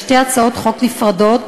לשתי הצעות חוק נפרדות,